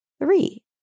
three